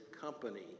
company